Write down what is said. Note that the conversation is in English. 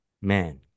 man